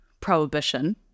prohibition